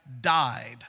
died